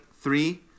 Three